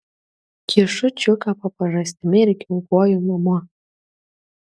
kišu čiuką po pažastimi ir kinkuoju namo